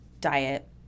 diet